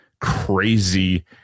crazy